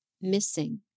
missing